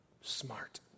smart